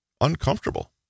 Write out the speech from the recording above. uncomfortable